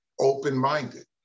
open-minded